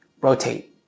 rotate